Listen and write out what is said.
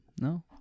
No